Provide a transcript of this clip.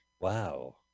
Wow